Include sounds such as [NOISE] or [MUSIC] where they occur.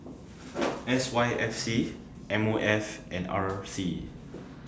[NOISE] S Y F C M O F and R C